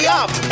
up